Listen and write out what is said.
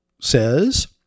says